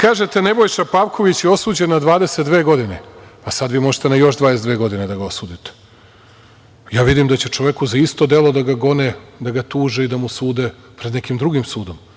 kažete, Nebojša Pavković je osuđen na 22 godine. Sada vi možete na još 22 godine da ga osudite. Ja vidim da će čoveku za isto delo da ga gone, da ga tuže i da mu sude pred nekim drugim sudom.